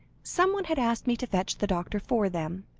someone had asked me to fetch the doctor for them,